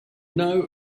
know